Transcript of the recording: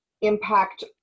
impact